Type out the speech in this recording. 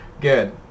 Good